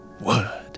word